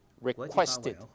requested